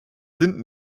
sind